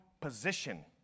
position